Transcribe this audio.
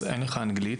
אז אין לך אנגלית,